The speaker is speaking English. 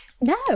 No